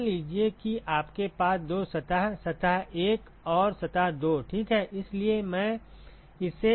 तो मान लीजिए कि आपके पास दो सतह सतह 1 और सतह 2 ठीक है